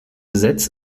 gesetz